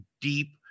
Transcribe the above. deep